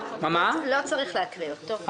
לא צריך להקריא אותו.